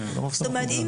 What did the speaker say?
זאת אומרת,